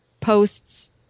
posts